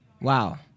wow